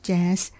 Jazz